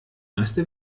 meiste